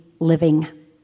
living